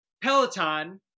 Peloton